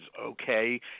okay